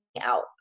out